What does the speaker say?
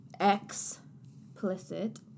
Explicit